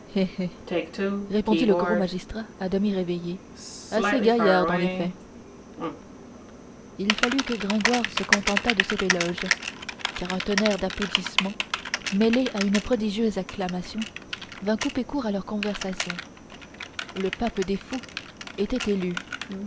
répondit le gros magistrat à demi réveillé assez gaillarde en effet il fallut que gringoire se contentât de cet éloge car un tonnerre d'applaudissements mêlé à une prodigieuse acclamation vint couper court à leur conversation le pape des fous était élu